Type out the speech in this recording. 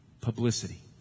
Publicity